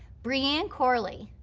brianne corley,